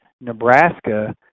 Nebraska